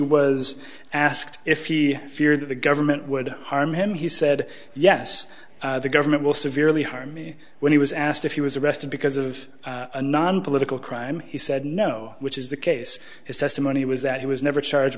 was asked if he feared that the government would harm him he said yes the government will severely harm me when he was asked if he was arrested because of a nonpolitical crime he said no which is the case his testimony was that he was never charged